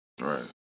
Right